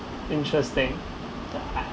interesting